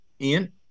Ian